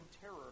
terror